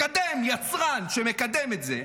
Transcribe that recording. מקדם יצרן שמקדם את זה,